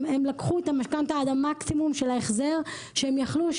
הם לקחו את המשכנתה עד המקסימום של ההחזר שהם יכלו,